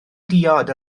diod